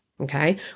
okay